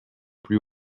plus